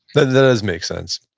that does make sense.